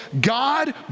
God